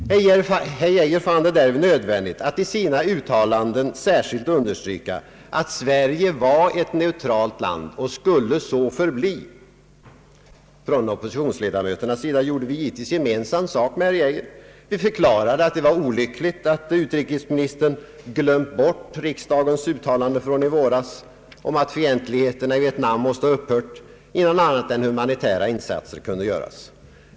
Herr Geijer fann det därvid nödvändigt att i sina uttalanden särskilt understryka att Sverige var ett neutralt land och skulle så förbli. Från oppositionsledamöternas sida gjorde vi givetvis gemensam sak med herr Geijer. Vi förklarade att det var olyckligt att utrikesministern glömt bort riksdagens uttalande från i våras om att fientligheterna i Vietnam måste ha upphört, innan något annat än humanitära insatser kunde göras.